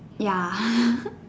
ya